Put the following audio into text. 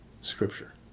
scripture